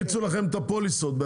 -- הפוליסות.